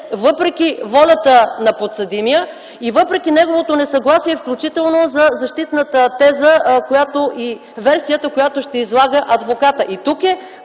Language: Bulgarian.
въпреки волята на подсъдимия и въпреки неговото несъгласие, включително за защитната теза и версията, която ще излага адвокатът.